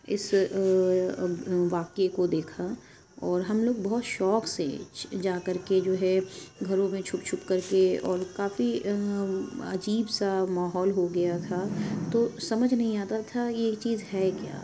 اس واقعے کو دیکھا اور ہم لوگ بہت شوق سے جا کر کے جو ہے گھروں میں چھپ چھپ کر کے اور کافی عجیب سا ماحول ہو گیا تھا تو سمجھ نہیں آتا تھا یہ چیز ہے کیا